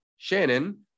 Shannon